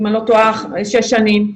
אם אני לא טועה, שש שנים.